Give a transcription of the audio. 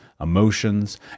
emotions